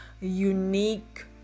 unique